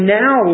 now